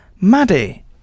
maddie